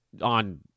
on